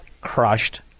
crushed